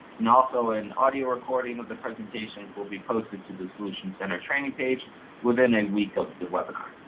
and also, an audio recording of the presentation will be posted to the solutions center training page within a week of the webinar.